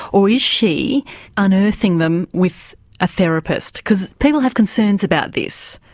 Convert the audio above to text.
or is she unearthing them with a therapist, because people have concerns about this,